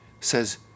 says